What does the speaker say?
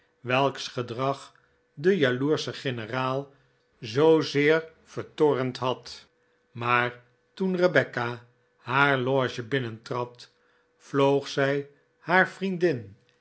welks gedrag den jaloerschen generaal zoozeer vertoornd had maar toen rebecca haar loge binnentrad vloog zij haar vriendin